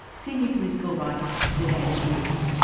senior political writer for the daily beast.